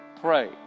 Pray